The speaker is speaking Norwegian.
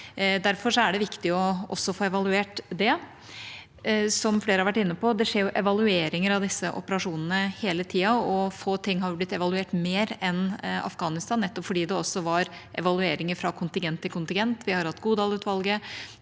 Derfor er det viktig også å få evaluert den. Som flere har vært inne på, skjer det evalueringer av disse operasjonene hele tiden, og få ting har blitt evaluert mer enn Afghanistan, nettopp fordi det også var evalueringer fra kontingent til kontingent. Vi har hatt Godal-utvalget,